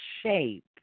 shape